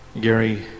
Gary